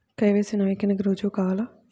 KYC నవీకరణకి రుజువు కావాలా?